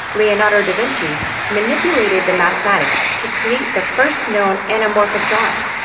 leonardo da vinci manipulated the mathematics to create the first known anamorphic drawing.